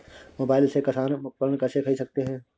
Mobile से किसान उपकरण कैसे ख़रीद सकते है?